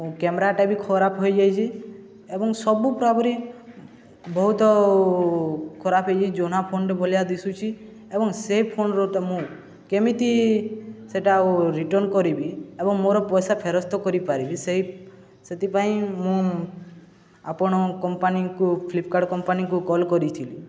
କ୍ୟାମେରାଟା ବି ଖରାପ ହେଇଯାଇଛି ଏବଂ ସବୁ ପୁରାପୁରି ବହୁତ ଖରାପ ହେଇଯାଇ ପୁରୁଣା ଫୋନ୍ଟେ ଭଳିଆ ଦିଶୁଛି ଏବଂ ସେ ଫୋନ୍ର ତ ମୁଁ କେମିତି ସେଇଟା ଆଉ ରିଟର୍ଣ୍ଣ କରିବି ଏବଂ ମୋର ପଇସା ଫେରସ୍ତ କରିପାରିବି ସେଇ ସେଥିପାଇଁ ମୁଁ ଆପଣ କମ୍ପାନୀକୁ ଫ୍ଲିପକାର୍ଟ କମ୍ପାନୀକୁ କଲ୍ କରିଥିଲି